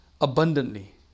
abundantly